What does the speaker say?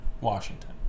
Washington